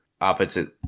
opposite